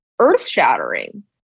earth-shattering